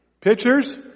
Pictures